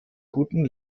guten